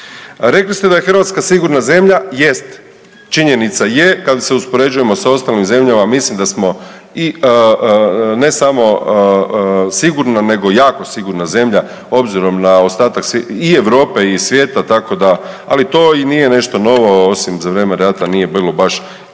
Rekli ste da je Hrvatska sigurna zemlja. Jest, činjenica je kada se uspoređujemo sa ostalim zemljama mislim da smo i ne samo sigurna nego jako sigurna zemlja obzirom na ostatak i Europe i svijeta tako da, ali to i nije nešto novo osim za vrijeme rata nije bilo tu